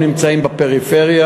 רוב הערים נמצאות בפריפריה,